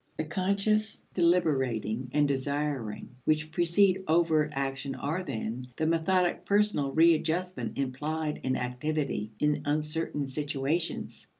the conscious deliberating and desiring which precede overt action are, then, the methodic personal readjustment implied in activity in uncertain situations.